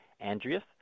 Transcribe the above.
Andreas